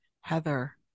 Heather